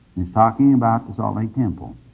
it's talking about the salt lake temple.